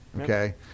okay